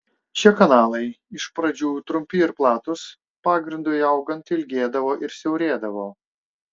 šie kanalai iš pradžių trumpi ir platūs pagrindui augant ilgėdavo ir siaurėdavo